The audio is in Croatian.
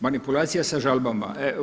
Manipulacija sa žalbama.